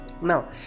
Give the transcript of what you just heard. now